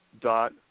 dot